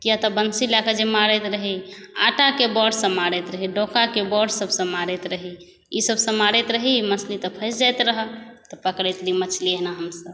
किएक तँ बंशी लऽ कऽ जे मारैत रही आटाके बोरसँ मारैत रही डोकाके बोर सबसँ मारैत रही ई सबसँ मारैत रही मछली तँ फँसि जाइत रहै तऽ पकड़ैत रही मछली एना हमसब